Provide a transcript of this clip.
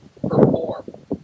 perform